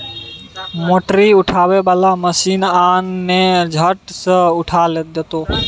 मोटरी उठबै बला मशीन आन ने झट सँ उठा देतौ